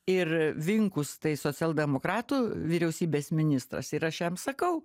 ir vinkus tai socialdemokratų vyriausybės ministras ir aš jam sakau